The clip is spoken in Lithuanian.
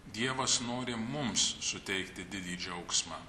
dievas nori mums suteikti didį džiaugsmą